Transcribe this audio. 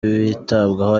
bitabwaho